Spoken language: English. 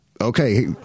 Okay